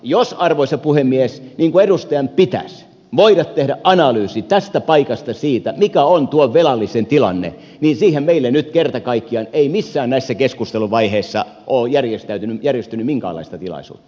jos arvoisa puhemies edustajan pitäisi voida tehdä analyysi tästä paikasta siitä mikä on velallisen tilanne niin siihen meille nyt kerta kaikkiaan ei missään näissä keskustelun vaiheissa ole järjestynyt minkäänlaista tilaisuutta